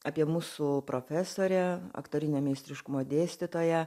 apie mūsų profesorę aktorinio meistriškumo dėstytoją